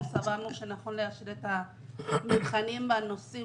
אנחנו סברנו שנכון להשאיר את התבחינים על נושאים